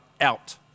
out